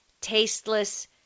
tasteless